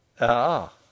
Ah